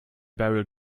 barrel